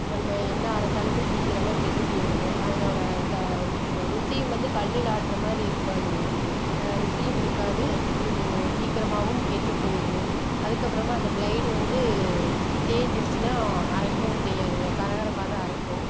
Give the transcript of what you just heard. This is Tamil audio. நம்ம என்ன அரைத்தாலுமே சீக்கிரமாக கெட்டுப் போயிடுங்க அதுனோடய தா ருசியும் வந்து கல்லில் ஆட்டுற மாதிரி இருக்காதுங்க ருசியும் இருக்காது சீக்கிரமாகவும் கெட்டுப் போயிடுங்க அதுக்கப்புறமா அந்த பிளைடு வந்து தேஞ்சுருச்சின்னா அரைக்கவும் செய்யாதுங்க கர கரப்பாக தான் அரைக்கும்